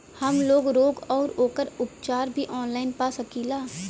हमलोग रोग अउर ओकर उपचार भी ऑनलाइन पा सकीला?